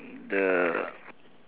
the